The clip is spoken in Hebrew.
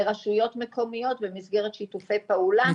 לרשויות מקומית במסגרת שיתופי פעולה.